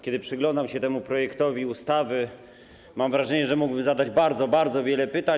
Kiedy przyglądam się temu projektowi ustawy, mam wrażenie, że mógłbym zadać bardzo wiele pytań.